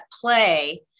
play